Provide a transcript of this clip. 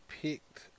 picked